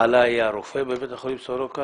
בעלה היה רופא בבית החולים סורוקה,